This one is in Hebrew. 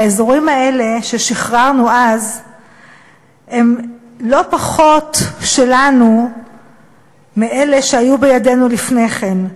האזורים האלה ששחררנו אז הם לא פחות שלנו מאלה שהיו בידינו לפני כן,